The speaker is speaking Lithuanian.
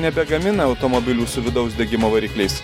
nebegamina automobilių su vidaus degimo varikliais